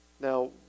Now